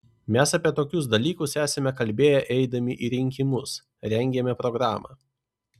mes apie tokius dalykus esame kalbėję eidami į rinkimus rengėme programą